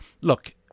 look